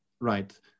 right